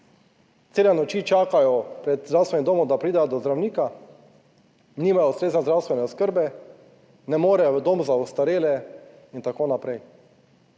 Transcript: cele noči čakajo pred zdravstvenim domom, da pridejo do zdravnika, nimajo ustrezne zdravstvene oskrbe, ne morejo v dom za ostarele in tako naprej.